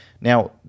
now